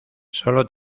solo